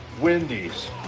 Wendy's